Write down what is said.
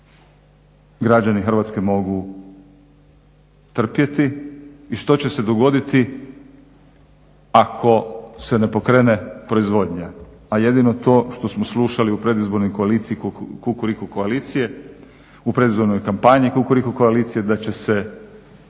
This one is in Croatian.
građani Hrvatske mogu trpjeti i što će se dogoditi ako se ne pokrene proizvodnja, a jedino to što smo slušali u predizbornim koaliciji Kukuriku koalicije u